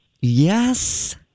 yes